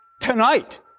Tonight